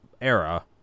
era